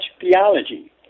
theology